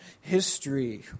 history